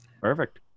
Perfect